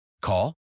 Call